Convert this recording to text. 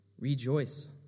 Rejoice